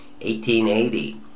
1880